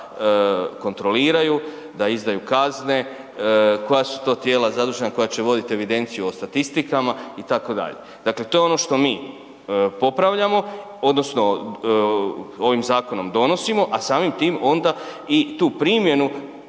da kontroliraju, da izdaju kazne, koja su to tijela zadužena koja će voditi evidenciju o statistikama itd. Dakle, to je ono što mi popravljamo odnosno ovim zakonom donosimo, a samim tim onda i tu primjenu